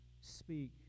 speak